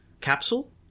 capsule